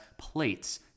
plates